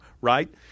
right